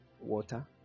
water